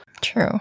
True